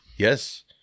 Yes